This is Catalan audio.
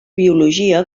biologia